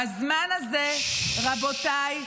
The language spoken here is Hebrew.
בזמן הזה, רבותיי,